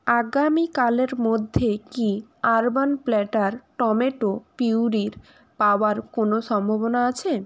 আগামীকালের মধ্যে কি আরবান প্ল্যাটার টমেটো পিউরি পাবার কোনো সম্ভাবনা আছে